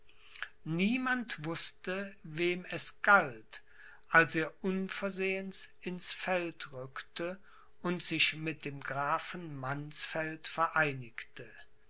niemand wußte wem es galt als er unversehens ins feld rückte und sich mit dem grafen mannsfeld vereinigte